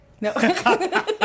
No